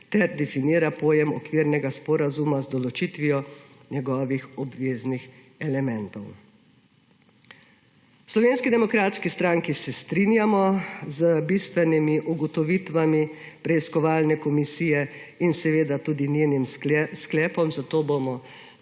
ter definira pojem okvirnega sporazuma z določitvijo njegovih obveznih elementov. V Slovenski demokratski stranki se strinjamo z bistvenimi ugotovitvami preiskovalne komisije in seveda tudi njenim sklepom, zato bomo